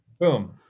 boom